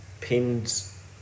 pins